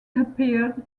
appeared